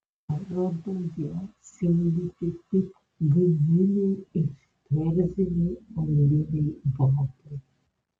parodoje siūlyti tik guminiai ir kerziniai auliniai batai